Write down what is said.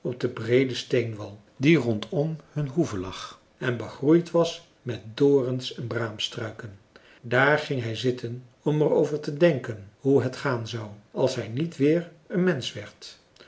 den breeden steenwal die rond om hun hoeve lag en begroeid was met dorens en braamstruiken daar ging hij zitten om er over te denken hoe het gaan zou als hij niet weer een mensch werd